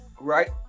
Right